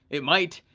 it might,